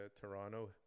Toronto